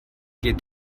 geht